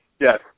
Yes